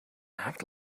act